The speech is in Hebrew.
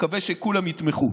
אני מקווה שכולם יתמכו.